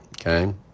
okay